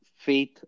Faith